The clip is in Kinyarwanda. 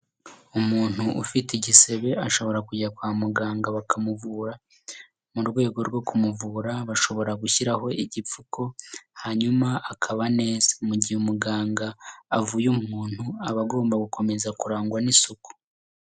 Umuntu ufite igisebe ashobora kujya kwa muganga bakamuvura mu rwego rwo kumuvura bashobora gushyiraho igipfuko hanyuma akaba neza, mu gihe umuganga avuye umuntu aba agomba gukomeza kurangwa n'isuku.